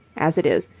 as it is,